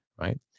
Right